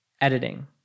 editing